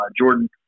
Jordan